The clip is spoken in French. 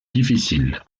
difficile